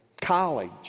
college